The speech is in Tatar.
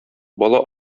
бала